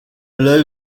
low